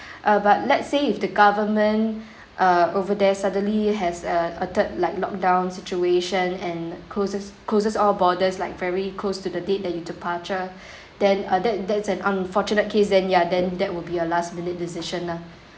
uh but let's say if the government uh over there suddenly has a a third like lockdown situation and closes closes all borders like very close to the date that you departure then uh that that's an unfortunate case then ya then that will be a last minute decision ah